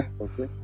okay